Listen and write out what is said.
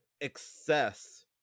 excess